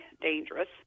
dangerous